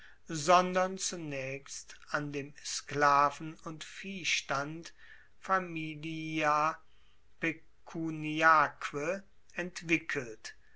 sondern zunaechst an dem sklaven und viehstand familia pecuniaque entwickelt